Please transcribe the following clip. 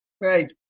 Right